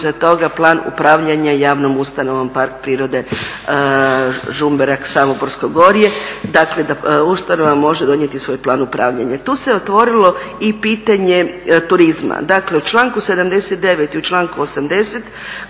iza toga plan upravljanja javnom ustanovom Park prirode Žumberak-Samoborsko gorje, dakle da ustanova može donijeti svoj plan upravljanja. Tu se otvorilo i pitanje turizma. Dakle u članku 79. i u članku 80.